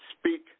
speak